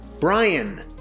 Brian